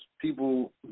people